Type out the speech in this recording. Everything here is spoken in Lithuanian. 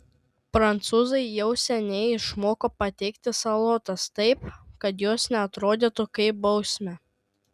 prancūzai jau seniai išmoko pateikti salotas taip kad jos neatrodytų kaip bausmė